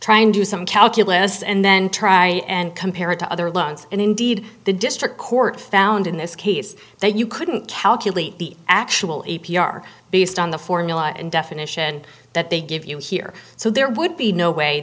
try and do some calculus and then try and compare it to other loans and indeed the district court found in this case that you couldn't calculate the actual a p r based on the formula and definition that they give you here so there would be no way